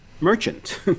merchant